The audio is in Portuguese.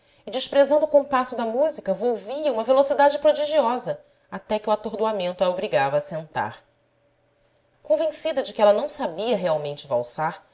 desprezando o compasso da música volvia uma velocidade prodigiosa até que o atordoamento a obrigava a sentar convencida de que ela não sabia realmente